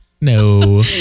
no